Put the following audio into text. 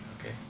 Okay